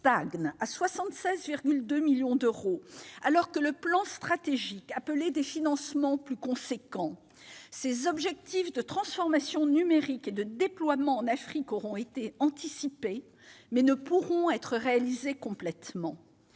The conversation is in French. stagne à 76,2 millions d'euros, alors que le plan stratégique appelait des financements plus importants. Ses objectifs de transformation numérique et de déploiement en Afrique auront été anticipés, mais ne pourront être entièrement